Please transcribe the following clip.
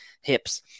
hips